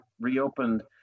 reopened